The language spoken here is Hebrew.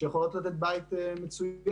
שיכולות לתת בית מצוין.